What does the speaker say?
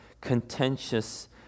contentious